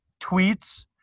tweets